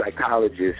psychologist